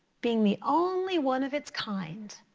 being the only one of it's kind.